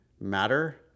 matter